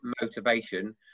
motivation